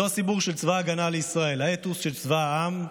זהו הסיפור של צבא ההגנה לישראל: האתוס של צבא העם.